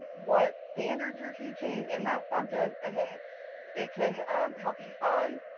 what standards you're teaching in that subject, and then it can help you find